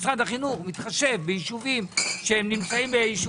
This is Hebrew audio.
משרד החינוך מתחשב בישובי גבול,